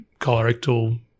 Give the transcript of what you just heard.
colorectal